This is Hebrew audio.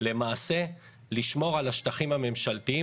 למעשה לשמור על השטחים הממשלתיים,